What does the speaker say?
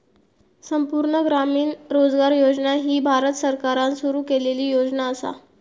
संपूर्ण ग्रामीण रोजगार योजना ही भारत सरकारान सुरू केलेली योजना असा